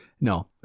No